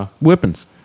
Weapons